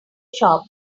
shop